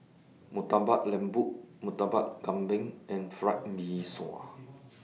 Murtabak Lembu Murtabak Kambing and Fried Mee Sua